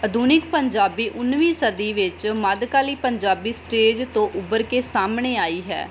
ਆਧੁਨਿਕ ਪੰਜਾਬੀ ਉਨੀਵੀਂ ਸਦੀ ਵਿੱਚ ਮੱਧਕਾਲੀ ਪੰਜਾਬੀ ਸਟੇਜ ਤੋਂ ਉਭਰ ਕੇ ਸਾਹਮਣੇ ਆਈ ਹੈ